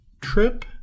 trip